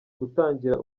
gutangira